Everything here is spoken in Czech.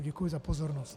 Děkuji za pozornost.